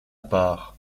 part